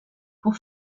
pour